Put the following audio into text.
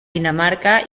dinamarca